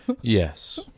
Yes